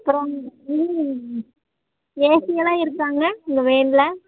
அப்புறம் இருங்க இருங்க ஏசி எல்லாம் இருக்காங்க உங்கள் வேனில்